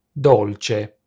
dolce